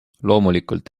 loomulikult